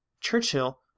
Churchill